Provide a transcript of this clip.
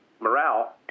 morale